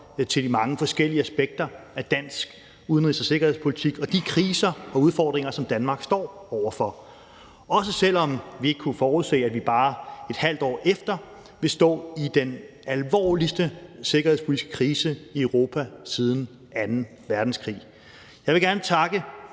til de mange forskellige aspekter af dansk udenrigs- og sikkerhedspolitik og de kriser og udfordringer, som Danmark står over for – også selv om vi ikke kunne forudse, at vi bare et halvt år efter ville stå i den alvorligste sikkerhedspolitiske krise i Europa siden anden verdenskrig. Jeg vil gerne takke